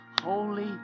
holy